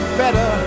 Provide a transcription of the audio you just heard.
better